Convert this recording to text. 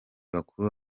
bakuru